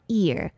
ear